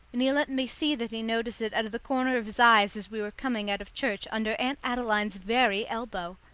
and he let me see that he noticed it out of the corner of his eyes as we were coming out of church, under aunt adeline's very elbow.